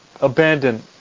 abandon